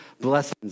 blessings